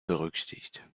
berüchtigt